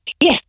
Yes